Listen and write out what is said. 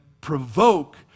provoke